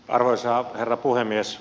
arvoisa herra puhemies